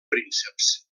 prínceps